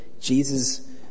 Jesus